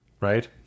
right